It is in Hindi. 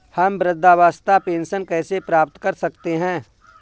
हम वृद्धावस्था पेंशन कैसे प्राप्त कर सकते हैं?